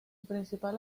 principal